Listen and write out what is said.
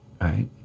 right